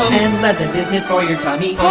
and lead then bismuth for your tummy.